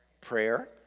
Prayer